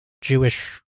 Jewish